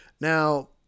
now